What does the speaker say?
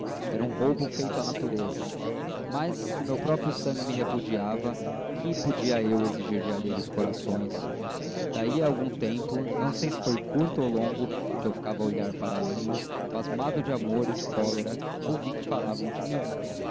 acaba assassinando mas se meu próprio sangue me repudiava que podia eu exigir de alheios corações daí a algum tempo não sei se foi curto ou longo porque eu ficara a olhar para ambos pasmado de amor e de cólera ouvi que falavam de mim